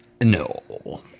No